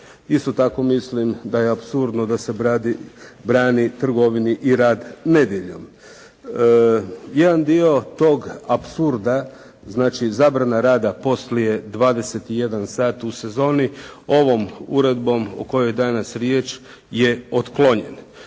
Isto tako mislim da je apsurdno da se brani trgovini i rad nedjeljom. Jedan dio tog apsurda, znači zabrana rada poslije 21 sat u sezoni, ovom uredbom o kojoj je danas riječ je otklonjen.